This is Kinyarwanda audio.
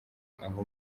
aho